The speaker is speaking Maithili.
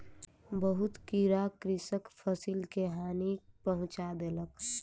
बहुत कीड़ा कृषकक फसिल के हानि पहुँचा देलक